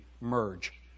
Merge